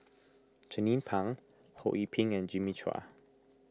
Jernnine Pang Ho Yee Ping and Jimmy Chua